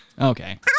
Okay